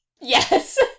Yes